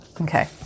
Okay